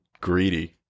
greedy